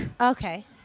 Okay